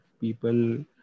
people